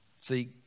See